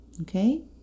Okay